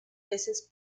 veces